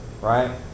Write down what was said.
right